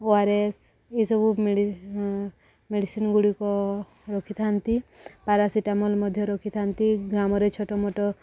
ORS ଏସବୁ ମେଡ଼ି ମେଡ଼ିସିନଗୁଡ଼ିକ ରଖିଥାନ୍ତି ପାରାସିଟାମଲ ମଧ୍ୟ ରଖିଥାନ୍ତି ଗ୍ରାମରେ ଛୋଟମୋଟ